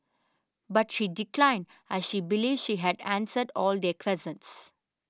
but she declined as she believes she had answered all their questions